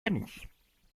amies